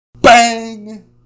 Bang